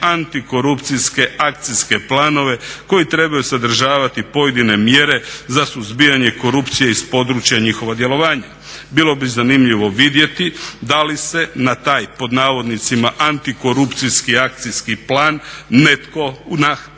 antikorupcijske akcijske planove koji trebaju sadržavati pojedine mjere za suzbijanje korupcije iz područja njihova djelovanja. Bilo bi zanimljivo vidjeti da li se na taj "antikorupcijski akcijski plan" netko u HRT-u